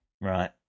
Right